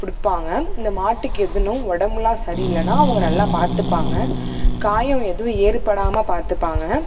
கொடுப்பாங்க இந்த மாட்டுக்கு எதுனா உடம்புலாம் சரி இல்லைன்னா அவங்க நல்லா பார்த்துப்பாங்க காயம் எதுவும் ஏற்படாமல் பார்த்துப்பாங்க